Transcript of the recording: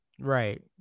Right